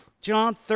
John